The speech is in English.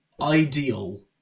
Ideal